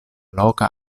loka